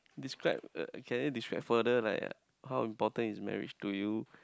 describe uh can you describe further like how important is marriage to you